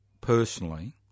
personally